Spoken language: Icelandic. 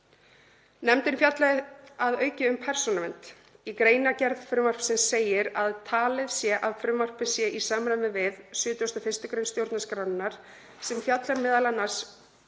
Nefndin fjallaði að auki um persónuvernd. Í greinargerð frumvarpsins segir að talið sé að frumvarpið sé í samræmi við 71. gr. stjórnarskrárinnar sem fjallar m.a. um